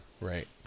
right